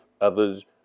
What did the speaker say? others